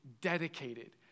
dedicated